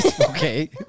Okay